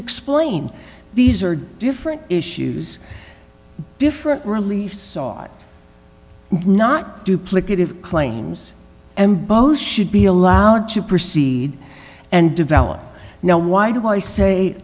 explained these are different issues different relief sought not duplicative claims and both should be allowed to proceed and develop now why do i say